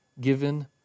Given